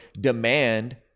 demand